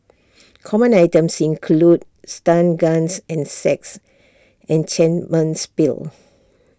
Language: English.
common items included stun guns and sex pills